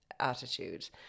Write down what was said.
attitude